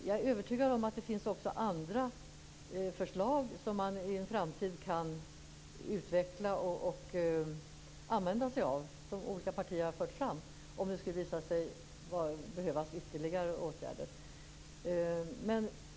Jag är övertygad om att det också finns andra förslag från olika partier som man i en framtid kan utveckla och använda sig av, om det skulle behövas ytterligare åtgärder.